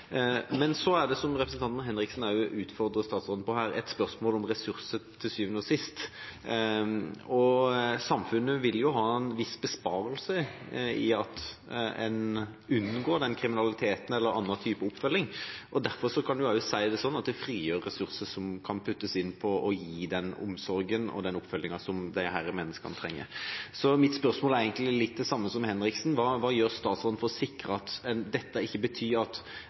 Men så er det, som representanten Henriksen utfordrer statsråden på, et spørsmål til syvende og sist om ressurser. Samfunnet vil jo ha en viss besparelse i det at en unngår den kriminaliteten eller annen type oppfølging. Derfor kan en også si at det frigjøres ressurser som kan brukes til å gi den omsorgen og den oppfølgingen som disse menneskene trenger. Mitt spørsmål er egentlig litt det samme som Henriksens: Hva gjør statsråden for å sikre at dette ikke betyr at